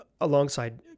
alongside